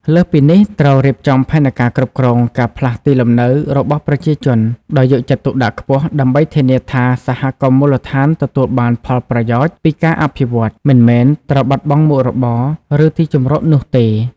លើសពីនេះ ត្រូវរៀបចំផែនការគ្រប់គ្រង ការផ្លាស់ទីលំនៅ របស់ប្រជាជនដោយយកចិត្តទុកដាក់ខ្ពស់ ដើម្បីធានាថា សហគមន៍មូលដ្ឋានទទួលបានផលប្រយោជន៍ ពីការអភិវឌ្ឍ មិនមែនត្រូវបាត់បង់មុខរបរ ឬទីជម្រកនោះទេ។